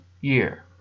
year